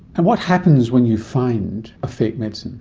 and what happens when you find a fake medicine?